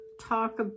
talk